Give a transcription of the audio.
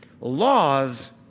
Laws